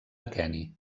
aqueni